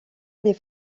des